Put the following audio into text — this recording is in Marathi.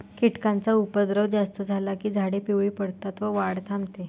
कीटकांचा उपद्रव जास्त झाला की झाडे पिवळी पडतात व वाढ थांबते